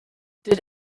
did